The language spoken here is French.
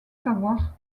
savoir